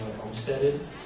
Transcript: homesteaded